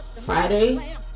Friday